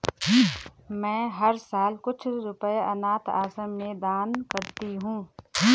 मैं हर साल कुछ रुपए अनाथ आश्रम में दान करती हूँ